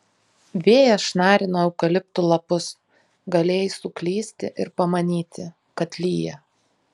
vėjas šnarino eukaliptų lapus galėjai suklysti ir pamanyti kad lyja